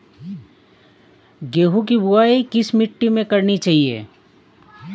गेहूँ की बुवाई किस मिट्टी में करनी चाहिए?